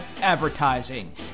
advertising